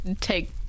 take